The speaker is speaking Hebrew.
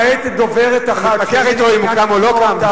אתה מתווכח אתו אם הוא קם או לא קם,